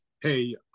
hey